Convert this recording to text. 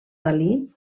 dalí